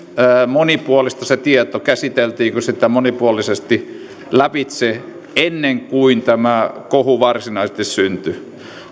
monipuolista se tieto käsiteltiinkö sitä monipuolisesti lävitse ennen kuin tämä kohu varsinaisesti syntyi